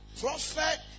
Prophet